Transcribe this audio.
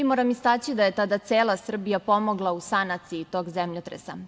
Moram istaći da je tada cela Srbija pomogla u sanaciji tog zemljotresa.